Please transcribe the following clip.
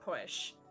push